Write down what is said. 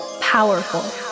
powerful